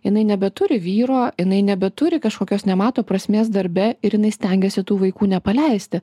jinai nebeturi vyro jinai nebeturi kažkokios nemato prasmės darbe ir jinai stengiasi tų vaikų nepaleisti